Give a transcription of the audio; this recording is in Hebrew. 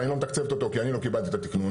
אני לא מתקצבת אותו כי אני לא קיבלתי את התקנון.